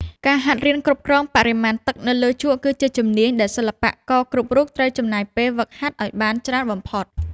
ការហាត់រៀនគ្រប់គ្រងបរិមាណទឹកនៅលើជក់គឺជាជំនាញដែលសិល្បករគ្រប់រូបត្រូវចំណាយពេលហ្វឹកហាត់ឱ្យបានច្រើនបំផុត។